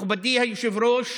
מכובדי היושב-ראש,